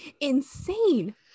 insane